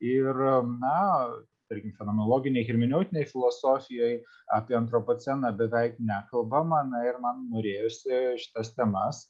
ir na tarkim fenomenologinėj hermeneutinėj filosofijoj apie antropoceną beveik nekalbama na ir man norėjosi šitas temas